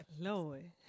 Lord